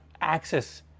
access